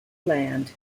land